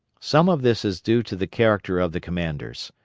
some of this is due to the character of the commanders.